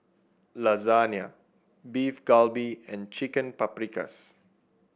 Lasagna Beef Galbi and Chicken Paprikas